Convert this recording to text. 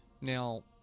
Now